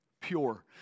pure